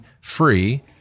free